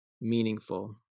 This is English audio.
meaningful